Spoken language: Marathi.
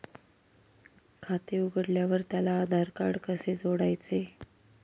खाते उघडल्यावर त्याला आधारकार्ड कसे जोडायचे?